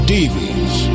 Davies